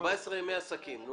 נקבע 14 ימי עסקים.